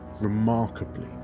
remarkably